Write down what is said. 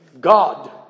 God